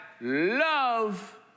love